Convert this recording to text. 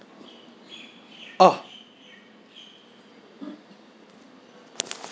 ah